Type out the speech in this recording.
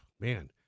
man